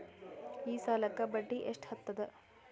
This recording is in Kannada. ಈ ಸಾಲಕ್ಕ ಬಡ್ಡಿ ಎಷ್ಟ ಹತ್ತದ?